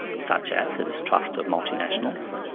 such as a distrust of multinationals,